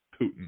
Putin